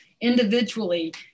individually